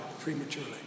prematurely